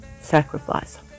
Sacrifice